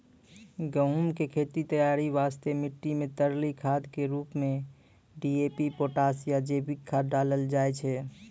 गहूम के खेत तैयारी वास्ते मिट्टी मे तरली खाद के रूप मे डी.ए.पी पोटास या जैविक खाद डालल जाय छै